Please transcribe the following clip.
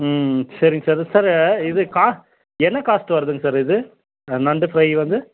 சரிங் sir sir இது கா என்ன காஸ்ட் வருதுங்க சார் இது நண்டு ஃபிரை வந்து